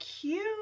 cute